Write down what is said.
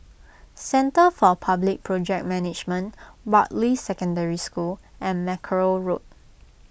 Centre for Public Project Management Bartley Secondary School and Mackerrow Road